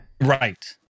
Right